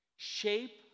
shape